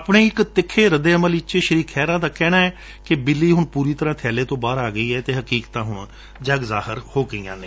ਆਪਣੇ ਇੱਕ ਤਿੱਖੇ ਰੱਦੇਅਮਲ ਵਿੱਚ ਸ਼ੀ ਖੇਹਰਾ ਦਾ ਕਹਿਣੈ ਕਿ ਬਿੱਲੀ ਹੁਣ ਬੇਲੇ ਤੋਂ ਬਾਹਰ ਆ ਗਈ ਹੈ ਅਤੇ ਹਕੀਕਤ ਹੁਣ ਜਗ ਜਾਹਿਰ ਹੋ ਗਈਆਂ ਨੇ